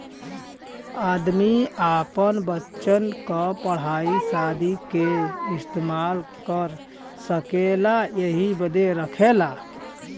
आदमी आपन बच्चन क पढ़ाई सादी के इम्तेजाम कर सकेला यही बदे रखला